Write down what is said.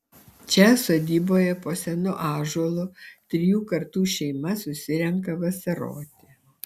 čia sodyboje po senu ąžuolu trijų kartų šeima susirenka vasaroti